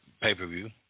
pay-per-view